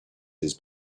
his